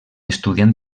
estudiant